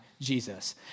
Jesus